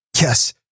Yes